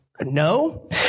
No